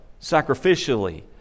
sacrificially